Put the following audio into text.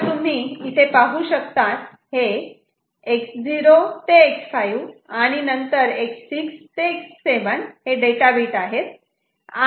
तर तुम्ही इथे पाहू शकतात हे X0 ते X5 आणि नंतर X6 X7 डेटा बिट आहेत